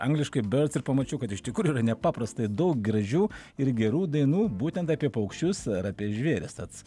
angliškai berdz ir pamačiau kad iš tikrųjų yra nepaprastai daug gražių ir gerų dainų būtent apie paukščius ar apie žvėris tad